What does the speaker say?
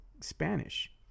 Spanish